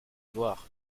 voir